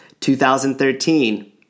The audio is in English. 2013